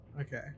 okay